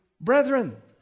brethren